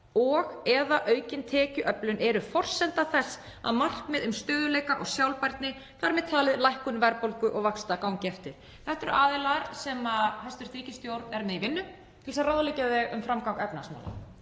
og/eða aukin tekjuöflun eru forsenda þess að markmið um stöðugleika og sjálfbærni, þ.m.t. lækkun verðbólgu og vaxta, gangi eftir.“ Þetta eru aðilar sem hæstv. ríkisstjórn er með í vinnu til að ráðleggja sér um framgang efnahagsmála.